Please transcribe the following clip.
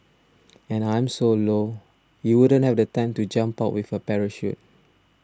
and I'm so low you wouldn't have the time to jump out with a parachute